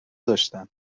داشتند